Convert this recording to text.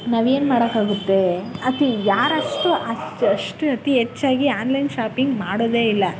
ನಾವೇನು ಮಾಡೋಕ್ಕಾಗುತ್ತೆ ಅತಿ ಯಾರಷ್ಟು ಅಷ್ಟು ಅತಿ ಹೆಚ್ಚಾಗಿ ಆನ್ಲೈನ್ ಶಾಪಿಂಗ್ ಮಾಡೋದೇ ಇಲ್ಲ